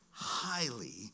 highly